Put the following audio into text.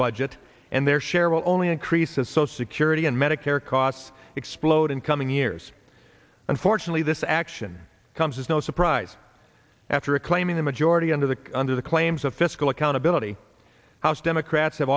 budget and their share will only increases so security and medicare costs explode in coming years unfortunately this action comes as no surprise after claiming the majority under the under the claims of fiscal accountability house democrats have